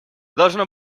должно